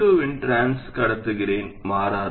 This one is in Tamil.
எனவே M2 இன் டிரான்ஸ் கடத்துத்திறன் மாறாது